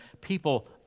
people